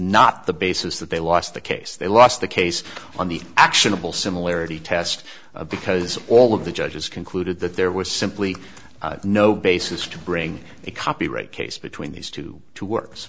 not the basis that they lost the case they lost the case on the actionable similarity test because all of the judges concluded that there was simply no basis to bring a copyright case between these two to wor